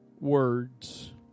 words